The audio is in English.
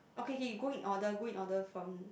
okay he go in order go in order from